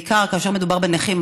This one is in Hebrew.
בעיקר כאשר מדובר בנכים,